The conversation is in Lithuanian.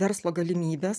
verslo galimybes